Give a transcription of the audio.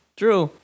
true